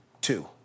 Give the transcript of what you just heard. two